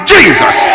Jesus